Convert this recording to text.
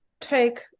take